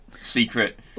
secret